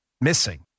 missing